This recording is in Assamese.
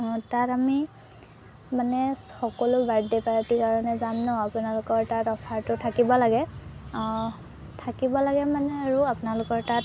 তাত আমি মানে সকলো বাৰ্থডে' পাৰ্টিৰ কাৰণে যাম ন আপোনালোকৰ তাত অফাৰটো থাকিব লাগে অঁ থাকিব লাগে মানে আৰু আপোনালোকৰ তাত